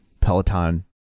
Peloton